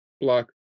block